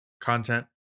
content